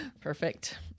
Perfect